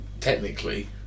technically